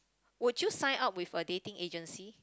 would you sign up with a dating agency